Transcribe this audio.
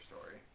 story